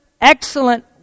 excellent